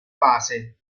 fase